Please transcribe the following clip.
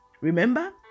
Remember